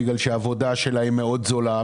כי העבודה שלהם זולה מאוד,